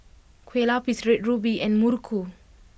Kueh Lupis Red Ruby and Muruku